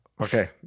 Okay